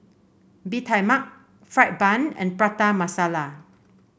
Bee Tai Mak fried bun and Prata Masala